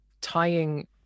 tying